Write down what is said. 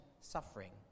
suffering